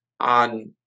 on